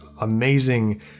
amazing